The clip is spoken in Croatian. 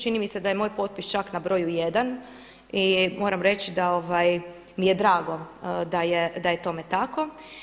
Čini mi se da je moj potpis čak na broju jedan i moram reći da mi je drago da je tome tako.